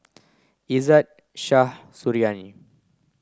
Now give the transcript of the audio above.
Izzat Shah Suriani